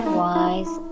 wise